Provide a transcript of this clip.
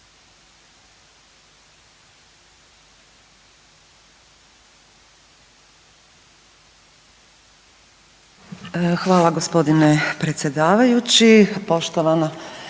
Hvala g. predsjedavajući. Poštovana